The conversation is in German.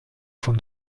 von